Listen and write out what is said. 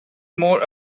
more